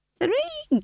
Three